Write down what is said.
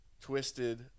Twisted